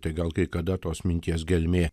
tai gal kai kada tos minties gelmė